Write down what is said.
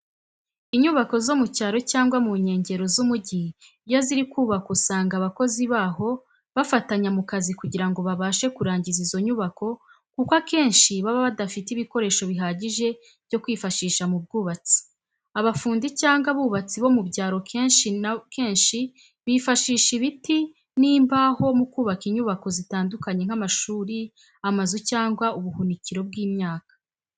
Inyubako zo mu cyaro cyangwa mu nyengero z'umujyi iyo ziri kubakwa usanga abakozi baho bafatanya mu kazi kugira ngo babashe kurangiza izo nyubako kuko akennshi baba badafite ibikoresho bihagije byo kwifashisha mu bwubatsi. Abafundi cyangwa abubatsi bo mu byaro kenshi na kenshi bifashisha ibiti ni mbaho mu kubaka inyubako zitandukanye nk'amashuri, amazu cyangwa ubuhunikiro bw'imyaka.